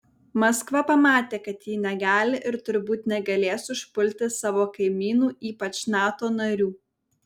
maskva pamatė kad ji negali ir turbūt negalės užpulti savo kaimynų ypač nato narių